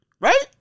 Right